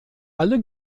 alle